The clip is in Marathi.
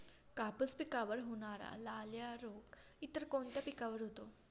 कापूस पिकावर होणारा लाल्या रोग इतर कोणत्या पिकावर होतो?